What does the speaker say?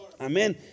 Amen